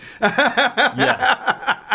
Yes